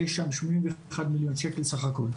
יש שם שמונים ואחת מיליון שקל סך הכל.